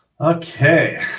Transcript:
Okay